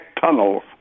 tunnels